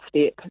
step